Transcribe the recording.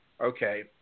Okay